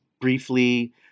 briefly